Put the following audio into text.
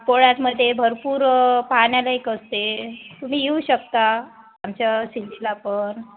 पोळ्यातमध्भयेरपूर पाहण्यालायक असते तुम्ही येऊ शकता आमच्या सिंदीला पण